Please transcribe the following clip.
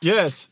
Yes